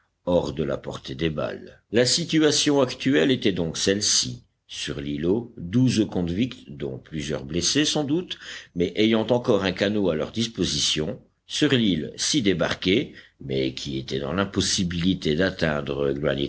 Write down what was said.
hors de la portée des balles la situation actuelle était donc celle-ci sur l'îlot douze convicts dont plusieurs blessés sans doute mais ayant encore un canot à leur disposition sur l'île six débarqués mais qui étaient dans l'impossibilité d'atteindre